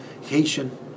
Haitian